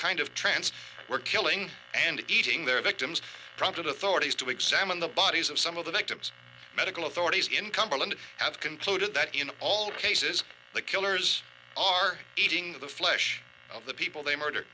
kind of trance were killing and eating their victims prompted authorities to examine the bodies of some of the victims medical authorities in cumberland have concluded that in all cases the killers are eating the flesh of the people they murder